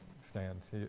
stands